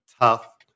tough